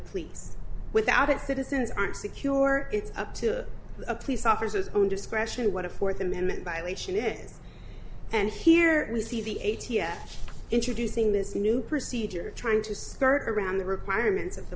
police without it citizens are secure it's up to the police officers own discretion what a fourth amendment violation is and here we see the a t f introducing this new procedure trying to skirt around the requirements of the